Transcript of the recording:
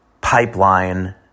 pipeline